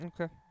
Okay